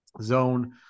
zone